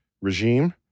regime